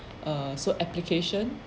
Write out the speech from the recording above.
err so application